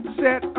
set